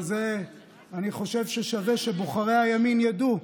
אבל את זה אני חושב ששווה שבוחרי הימין ידעו,